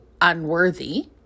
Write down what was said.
unworthy